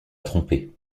tromper